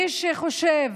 מי שחושב